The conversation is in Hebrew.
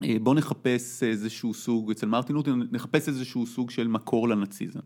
בואו נחפש איזשהו סוג, אצל מרטין לותר, נחפש איזשהו סוג של מקור לנאציזם.